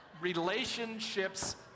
Relationships